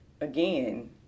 again